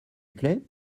plait